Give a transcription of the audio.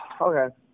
Okay